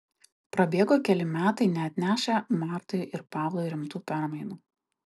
prabėgo keli metai neatnešę martai ir pavlui rimtų permainų